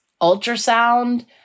ultrasound